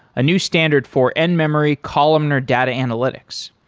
a new standard for n-memory columnar data analytics.